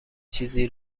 چیزی